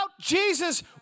Jesus